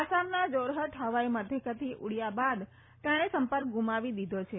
આસામના જારફટ ફવાઈ મથકેથી ઉડયા બાદ તેણે સંપર્ક ગુમાવી દીધો છે